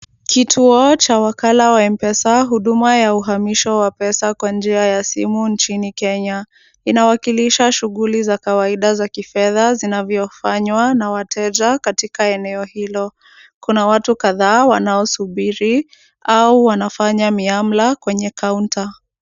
Kituo cha wakala wa M-Pesa, huduma ya uhamisho wa pesa kwa njia ya simu nchini Kenya. Inawakilisha shughuli za kawaida za kifedha zinavyofanywa na wateja katika eneo hilo. Kuna watu kadhaa wanaosubiri au wanafanya miamla kwenye kaunta.